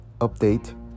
update